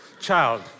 child